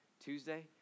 Tuesday